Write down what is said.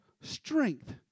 strength